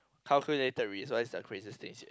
calculated risk what is the craziest things